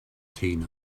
tina